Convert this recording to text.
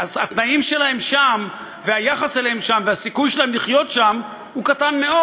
אז התנאים שלהם שם והיחס אליהם שם והסיכוי שלהם לחיות שם הם קטנים מאוד.